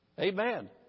Amen